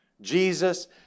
Jesus